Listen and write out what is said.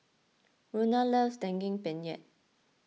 Rona loves Daging Penyet